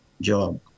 job